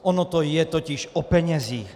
Ono to je totiž o penězích.